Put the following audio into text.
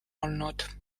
olnud